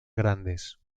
grandes